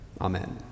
Amen